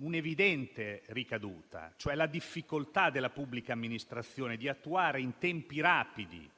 un'evidente ricaduta, cioè la difficoltà della pubblica amministrazione di attuare in tempi rapidi